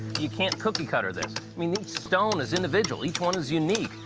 you can't cookie cutter this. i mean each stone is individual, each one is unique.